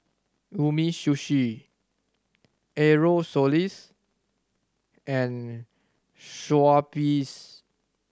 Umisushi Aerosoles and Schweppes